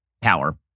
power